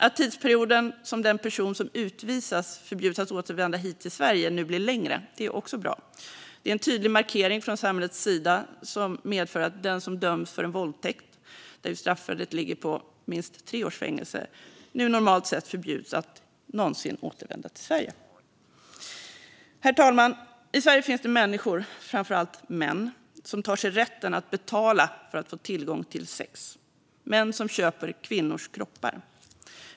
Att tidsperioden som den person som utvisas förbjuds att återvända till Sverige nu blir längre är också bra. Det är en tydlig markering från samhällets sida som medför att den som döms för en våldtäkt, där ju straffvärdet ligger på minst tre års fängelse, normalt sett förbjuds att någonsin återvända till Sverige. Herr talman! I Sverige finns det människor, framför allt män, som tar sig rätten att betala för att få tillgång till sex. Det är män som köper kvinnors kroppar.